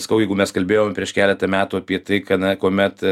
sakau jeigu mes kalbėjom prieš keletą metų apie tai kad na kuomet